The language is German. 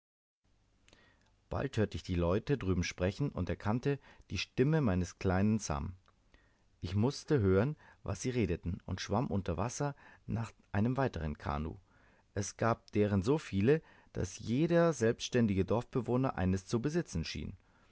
bald hörte ich leute drüben sprechen und erkannte die stimme meines kleinen sam ich mußte hören was sie redeten und schwamm unter wasser nach einem weiteren kanoe es gab deren so viele da daß jeder selbständige dorfbewohner eines zu besitzen schien